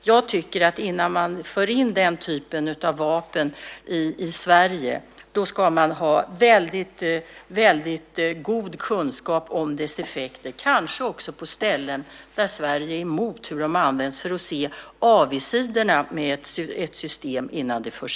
Jag tycker att man innan man för in den typen av vapen i Sverige ska ha väldigt god kunskap om effekterna, kanske också på platser där Sverige är emot hur de används, så att man ser avigsidorna med ett system innan det införs.